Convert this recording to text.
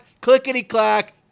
clickety-clack